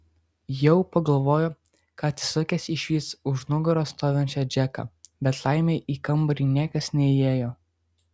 jau pagalvojo kad atsisukęs išvys už nugaros stovinčią džeką bet laimė į kambarį niekas neįėjo